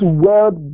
world